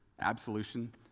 absolution